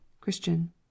Christian